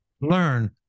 Learn